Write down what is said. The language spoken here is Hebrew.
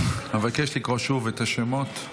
אבקש לקרוא שוב את השמות.